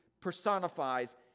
personifies